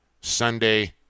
Sunday